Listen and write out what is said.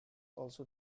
also